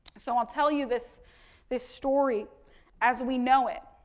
so, i'll tell you this this story as we know it.